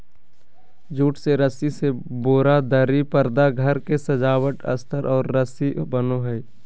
jute से रस्सी से बोरा, दरी, परदा घर के सजावट अस्तर और रस्सी बनो हइ